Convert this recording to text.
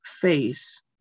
face